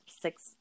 six